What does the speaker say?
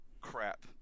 crap